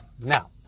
now